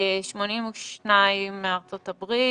82 מארצות הברית.